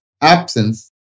absence